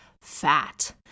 Fat